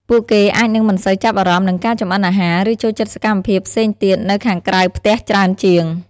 ពួកគេអាចនឹងមិនសូវចាប់អារម្មណ៍នឹងការចម្អិនអាហារ ឬចូលចិត្តសកម្មភាពផ្សេងទៀតនៅខាងក្រៅផ្ទះច្រើនជាង ។